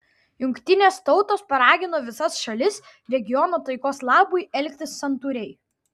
jungtinės tautos paragino visas šalis regiono taikos labui elgtis santūriai